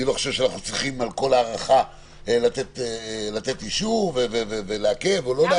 אני לא חושב שאנחנו צריכים על כל הארכה לתת אישור ולעכב או לא.